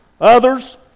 Others